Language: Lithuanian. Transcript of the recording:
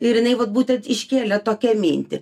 ir jinai vat būtent iškėlė tokią mintį